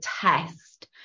test